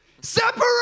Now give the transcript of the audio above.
Separate